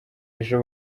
ejo